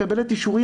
לקבל את אישורי.